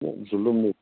ہے ظُلُم نہٕ